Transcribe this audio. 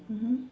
mmhmm